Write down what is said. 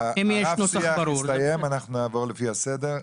רב השיח הסתיים, עכשיו אנחנו נעבור לפי הסדר.